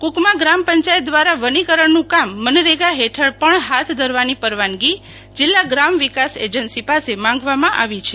કુકમા ગ્રામ પંચાયત દ્વારા વનીકરણનું કામ મનરેગા હેઠળ પણ હાથ ધરવાની પરવાનગી જિલ્લા ગ્રામ વિકાસ એજન્સિ પાસે માંગવામાં આવી છે